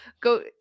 go